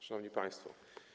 Szanowni Państwo!